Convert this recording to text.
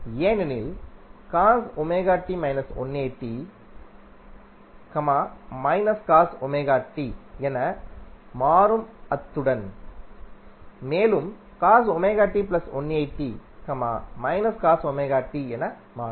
ஏனெனில் என மாறும்அத்துடன்மேலும் என மாறும்